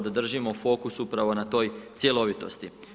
držimo fokus upravo na toj cjelovitosti.